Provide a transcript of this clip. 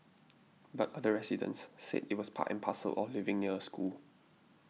but other residents said it was part and parcel of living near a school